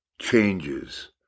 changes